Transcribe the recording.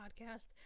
podcast